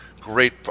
great